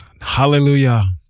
Hallelujah